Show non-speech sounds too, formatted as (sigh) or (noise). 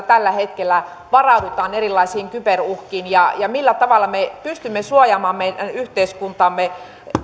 (unintelligible) tällä hetkellä varaudutaan erilaisiin kyberuhkiin ja ja millä tavalla me pystymme suojaamaan meidän yhteiskuntaamme